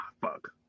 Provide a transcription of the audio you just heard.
fuck